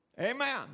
Amen